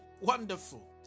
wonderful